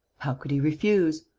how could he refuse?